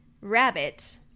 rabbit